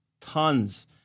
tons